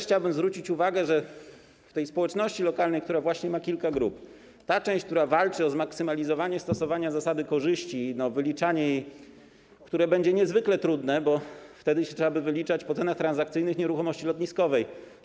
Chciałbym też zwrócić uwagę, że w społeczności lokalnej, która ma właśnie kilka grup, jest ta część, która walczy o zmaksymalizowanie stosowania zasady korzyści i wyliczanie, które będzie niezwykle trudne, bo wtedy trzeba by wyliczać po cenach transakcyjnych nieruchomości lotniskowej.